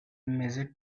measure